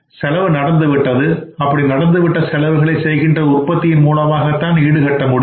செலவு நடந்துவிட்டது அப்படி நடந்து விட்ட செலவுகளை செய்கின்ற உற்பத்தியின் மூலமாகத்தான் ஈடுகட்ட முடியும்